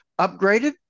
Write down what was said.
upgraded